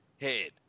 head